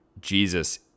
Jesus